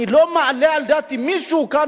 אני לא מעלה על דעתי שמישהו כאן,